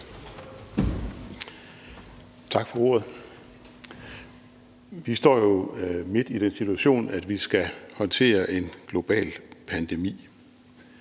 Tak for ordet. Vi står jo midt i den situation, at vi skal håndtere en global pandemi.